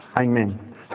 Amen